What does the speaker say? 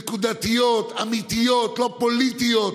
נקודתיות, אמיתיות, לא פוליטיות,